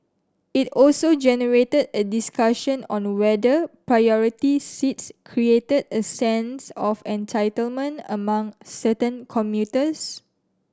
it also generated a discussion on whether priority seats created a sense of entitlement among certain commuters